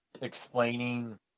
explaining